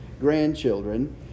grandchildren